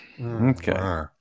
Okay